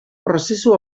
prozesu